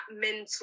mental